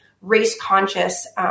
race-conscious